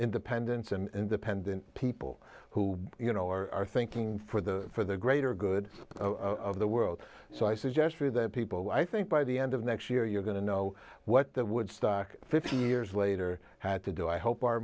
independence and dependent people who are thinking for the for the greater good of the world so i suggest people i think by the end of next year you're going to know what the woodstock fifty years later had to do i hope our